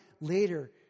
later